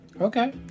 Okay